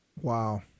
Wow